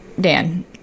Dan